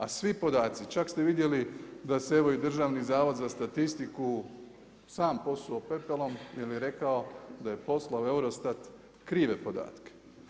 A svi podaci, čak ste vidjeli da se evo i Državni zavod za statistiku sam posuo pepelom jer je rekao da je poslao u Eurostat krive podatke.